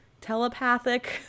telepathic